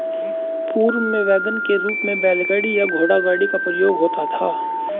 पूर्व में वैगन के रूप में बैलगाड़ी या घोड़ागाड़ी का प्रयोग होता था